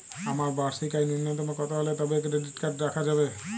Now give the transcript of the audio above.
আমার বার্ষিক আয় ন্যুনতম কত হলে তবেই ক্রেডিট কার্ড রাখা যাবে?